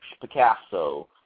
Picasso